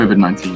COVID-19